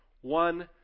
one